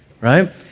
right